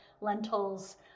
lentils